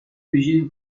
origine